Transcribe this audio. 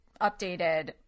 updated